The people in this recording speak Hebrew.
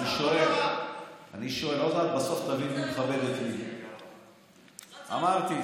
איתן, אתה רוצה לתת לי לדבר?